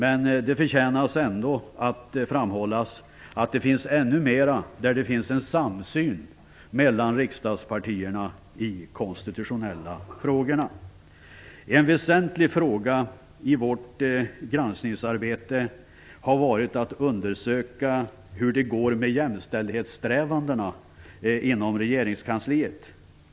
Det förtjänar dock att framhållas att det finns mycket av samsyn mellan riksdagspartierna i de konstitutionella frågorna. En väsentlig fråga i vårt granskningsarbete har varit att undersöka hur det går med jämställdhetssträvandena inom regeringskansliet.